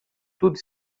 tudo